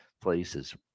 places